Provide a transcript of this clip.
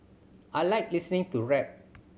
I like listening to rap